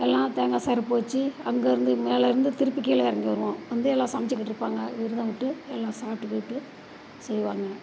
எல்லாம் தேங்காய் செரப்பு வச்சி அங்கேருந்து மேலே ருந்து திருப்பி கீழே இறங்கி வருவோம் வந்து எல்லாம் சமைத்துக்கிட்டு இருப்பாங்க விரதமிட்டு எல்லாம் சாப்பிட்டு கீப்ட்டு செய்வாங்க